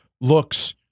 looks